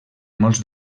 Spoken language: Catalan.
molts